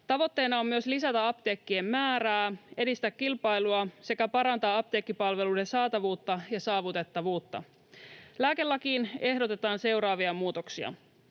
Tavoitteena on myös lisätä apteekkien määrää, edistää kilpailua sekä parantaa apteekkipalveluiden saatavuutta ja saavutettavuutta. Lääkelakiin ehdotetaan seuraavia muutoksia: